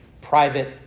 private